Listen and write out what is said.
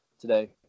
today